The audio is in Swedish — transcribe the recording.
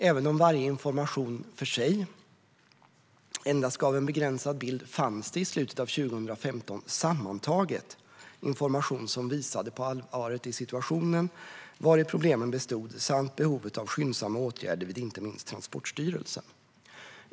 Även om varje information för sig endast gav en begränsad bild fanns det i slutet av 2015 sammantaget information som visade på allvaret i situationen, vari problemen bestod samt behovet av skyndsamma åtgärder vid inte minst Transportstyrelsen.